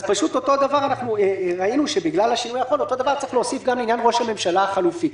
את העניין הזה ראינו שצריך להוסיף לעניין ראש הממשלה החלופי.